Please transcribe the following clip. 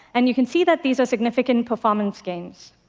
and you can see that these are significant performance gains.